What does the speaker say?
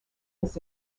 his